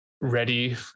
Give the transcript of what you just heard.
ready